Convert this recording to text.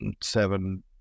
seven